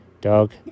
Dog